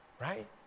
Right